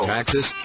Taxes